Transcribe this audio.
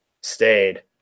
stayed